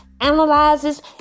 analyzes